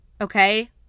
okay